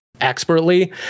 expertly